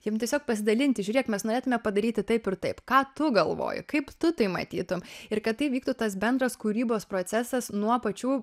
jiem tiesiog pasidalinti žiūrėk mes norėtume padaryti taip ir taip ką tu galvoji kaip tu tai matytum ir kad tai vyktų tas bendras kūrybos procesas nuo pačių